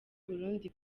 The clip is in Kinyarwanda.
burundi